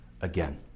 again